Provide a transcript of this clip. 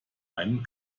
einen